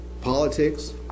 politics